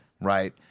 right